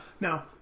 Now